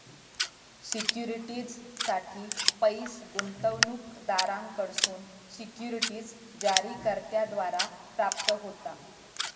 सिक्युरिटीजसाठी पैस गुंतवणूकदारांकडसून सिक्युरिटीज जारीकर्त्याद्वारा प्राप्त होता